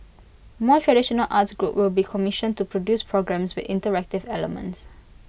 more traditional arts group will be commissioned to produce programmes with interactive elements